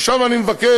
עכשיו אני מבקש